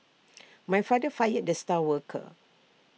my father fired the star worker